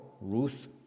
Ruth